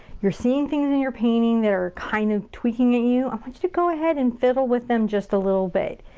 you're seeing things in your painting that are kind of tweaking at ah you. i want you to go ahead and fiddle with them just a little bit.